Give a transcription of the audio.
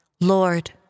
Lord